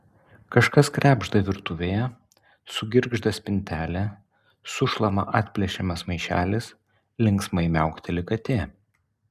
kažkas krebžda virtuvėje sugirgžda spintelė sušlama atplėšiamas maišelis linksmai miaukteli katė